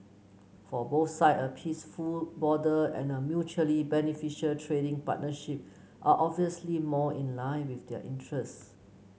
for both side a peaceful border and a mutually beneficial trading partnership are obviously more in line with their interests